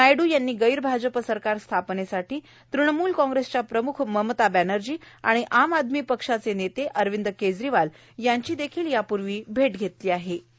नायडू यांनी गैरभाजपा सरकार स्थापनेसाठी तृणमूल कॉग्रेसच्या प्रमुख ममता बॅनर्जी आणि आप पक्षाचे नेते अरविंद केजरीवाल यांची देखील भेट घेतली होती